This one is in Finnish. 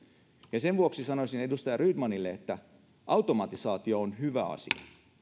sen vuoksi sanoisin edustaja rydmanille että automatisaatio on hyvä asia